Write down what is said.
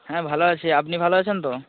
হ্যাঁ ভালো আছি আপনি ভালো আছেন তো